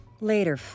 Later